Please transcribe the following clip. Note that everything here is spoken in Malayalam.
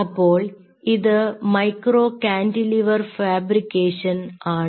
അപ്പോൾ ഇത് മൈക്രോ കാന്റിലിവർ ഫാബ്രിക്കേഷൻ ആണ്